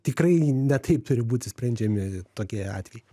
tikrai ne taip turi būti sprendžiami tokie atvejai